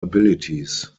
abilities